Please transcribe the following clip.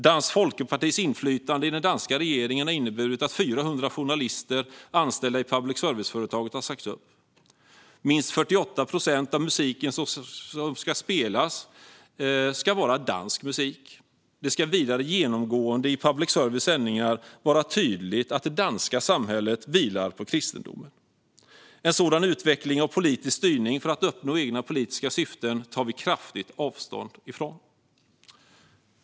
Dansk folkepartis inflytande i den danska regeringen har inneburit att 400 journalister anställda i public service-företaget har sagts upp. Minst 48 procent av musiken som spelas ska vara dansk musik. Det ska vidare genomgående i public service-sändningar framgå tydligt att det danska samhället vilar på kristendomen. En sådan utveckling av politisk styrning för att uppnå egna politiska syften tar vi kraftigt avstånd från.